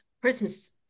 Christmas